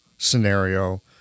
Scenario